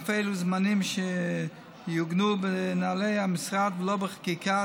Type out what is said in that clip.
אך אלו זמנים שיעוגנו בנוהלי המשרד ולא בחקיקה,